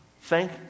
thank